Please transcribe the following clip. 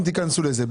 דיסקונט ייכנסו לזה.